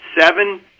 seven